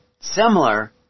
similar